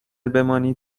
بمانید